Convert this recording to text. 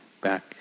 back